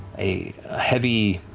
a heavy,